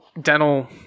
Dental